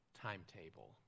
timetable